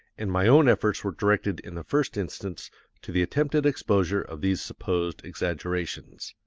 and my own efforts were directed in the first instance to the attempted exposure of these supposed exaggerations.